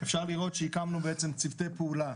אפשר לראות שהקמנו בעצם צוותי פעולה,